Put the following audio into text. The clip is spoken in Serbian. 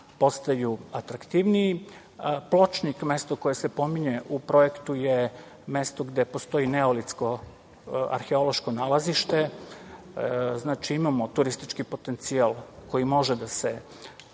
postaju atraktivniji. Pločnik, mesto koje se pominje u projektu je mesto gde postoji neolitsko arheološko nalazište. Znači, imamo turistički potencijal koji može da se